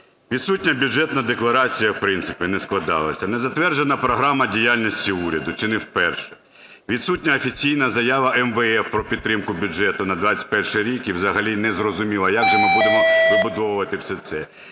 Відсутня бюджетна декларація, в принципі, не складалася. Не затверджена програма діяльності уряду, чи не вперше, відсутня офіційна заява МВФ про підтримку бюджету на 21-й рік і взагалі не зрозуміло, як же ми будемо вибудовувати все це.